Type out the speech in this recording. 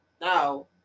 now